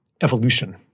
evolution